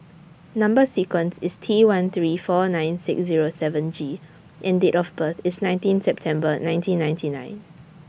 Number sequence IS T one three four nine six Zero seven G and Date of birth IS nineteen September nineteen ninety nine